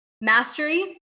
mastery